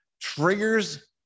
triggers